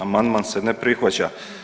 Amandman se ne prihvaća.